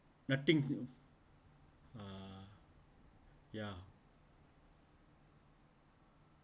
nothing uh ya